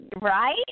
Right